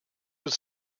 was